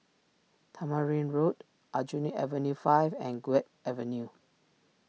Tamarind Road Aljunied Avenue five and Guok Avenue